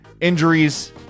injuries